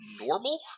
normal